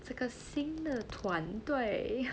这个新的团队